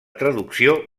traducció